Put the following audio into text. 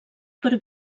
per